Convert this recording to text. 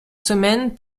semaine